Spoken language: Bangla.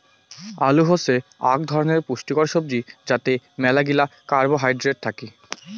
আলু হসে আক ধরণের পুষ্টিকর সবজি যাতে মেলাগিলা কার্বোহাইড্রেট থাকি